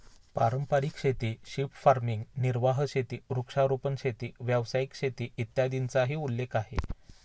पारंपारिक शेती, shift farming, निर्वाह शेती, वृक्षारोपण शेती, व्यावसायिक शेती, इत्यादींचाही उल्लेख आहे